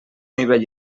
nivell